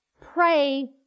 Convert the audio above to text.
Pray